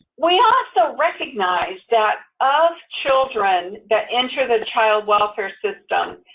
we also recognize that, of children that enter the child welfare system,